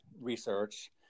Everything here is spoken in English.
research